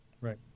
Right